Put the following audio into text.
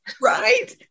Right